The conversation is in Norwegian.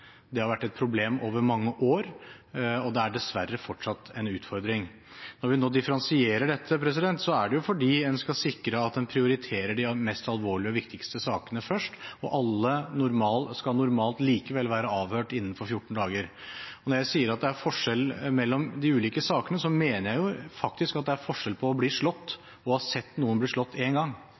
Det har vært et problem over mange år, og det er dessverre fortsatt en utfordring. Når vi nå differensierer dette, er det fordi en skal sikre at en prioriterer de mest alvorlige og de viktigste sakene først. Alle skal likevel normalt være avhørt innen 14 dager. Når jeg sier at det er forskjell mellom de ulike sakene, mener jeg faktisk at det er forskjell på å bli slått og å ha sett noen bli slått én gang.